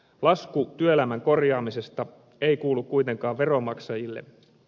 lasku työelämän korjaamisesta ei kuulu kuitenkaan veronmaksajille